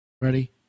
Ready